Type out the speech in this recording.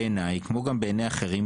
בעיניי כמו גם בעיני אחרים,